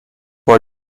what